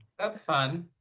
that's fun.